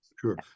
Sure